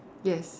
yes